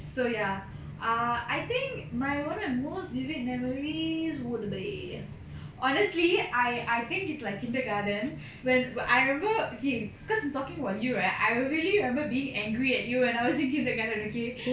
so ya err I think my one of the most vivid memories would be honestly I I think is like kindergarten when I remember okay because talking about you right I vividly remember being angry at you when I was in kindergarten okay